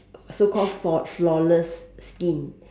so call flaw~ flawless skin